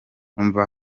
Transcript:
umva